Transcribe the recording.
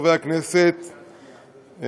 חברי הכנסת,